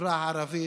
בחברה הערבית.